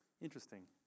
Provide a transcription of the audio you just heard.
Interesting